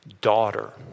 daughter